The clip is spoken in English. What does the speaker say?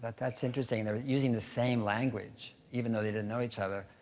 that's interesting. they're using the same language, even though they didn't know each other.